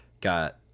got